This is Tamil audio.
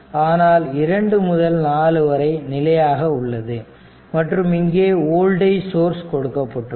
ஆனால் 2 முதல் 4 வரை நிலையாக உள்ளது மற்றும் இங்கே வோல்டேஜ் சோர்ஸ் கொடுக்கப்பட்டுள்ளது